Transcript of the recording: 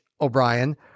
O'Brien